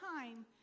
time